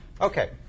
Okay